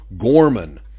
Gorman